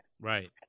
Right